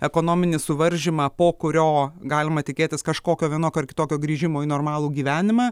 ekonominį suvaržymą po kurio galima tikėtis kažkokio vienokio ar kitokio grįžimo į normalų gyvenimą